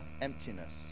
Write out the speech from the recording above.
emptiness